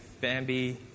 Bambi